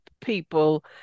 people